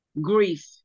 Grief